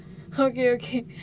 okay okay